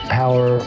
power